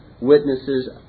witnesses